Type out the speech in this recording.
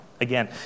Again